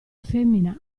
femmina